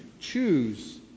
choose